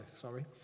sorry